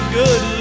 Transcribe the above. good